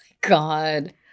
God